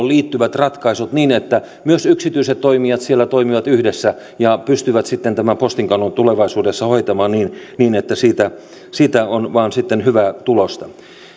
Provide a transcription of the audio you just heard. liittyvät ratkaisut niin että myös yksityiset toimijat siellä toimivat yhdessä ja pystyvät sitten tämän postinkannon tulevaisuudessa hoitamaan niin niin että siitä on sitten vain hyvää tulosta